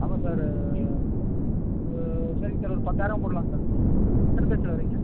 ஆமாம் சார் சரிங்க சார் ஒரு பத்தாயிரம் போடலாம் சார் எத்தனை பேர் சார் வரீங்க